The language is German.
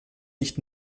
nicht